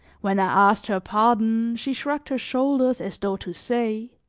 when i asked her pardon she shrugged her shoulders as though to say